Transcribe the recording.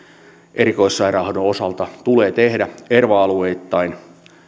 erikoissairaanhoidon osalta tulee tehdä erva alueittain